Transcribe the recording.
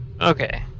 Okay